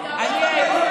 מצפה, יעבור?